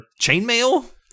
Chainmail